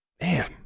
Man